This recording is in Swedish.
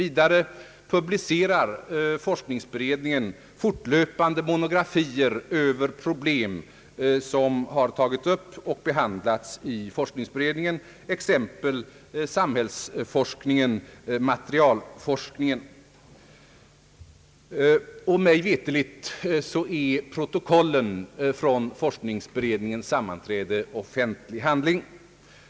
Vidare publicerar forskningsberedningen fortlöpande monografier över problem som har behandlats i forskningsberedningen, exempelvis samhällsforskningen och materialforskningen. Mig veterligt är också protokollen från forskningsberedningens sammanträden offentliga handlingar.